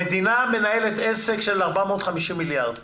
המדינה מנהלת עסק של 450 מיליארד שקל.